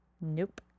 Nope